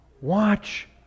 Watch